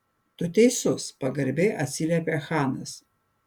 tu teisus pagarbiai atsiliepė chanas